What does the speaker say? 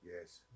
Yes